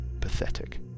pathetic